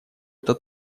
это